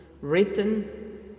written